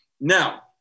Now